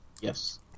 Yes